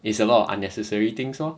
it's a lot of unnecessary things lor